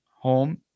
home